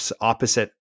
opposite